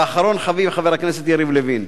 ואחרון חביב חבר הכנסת יריב לוין.